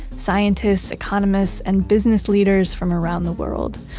scientists, economists, and business leaders from around the world.